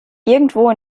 irgendwo